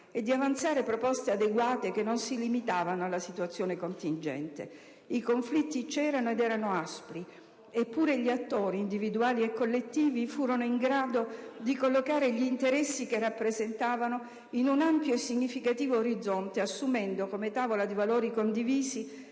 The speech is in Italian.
e di avanzare proposte adeguate che non si limitavano alla situazione contingente. I conflitti c'erano ed erano aspri, eppure gli attori, individuali e collettivi, furono in grado di collocare gli interessi che rappresentavano in un ampio e significativo orizzonte assumendo, come tavola di valori condivisi,